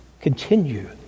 Continue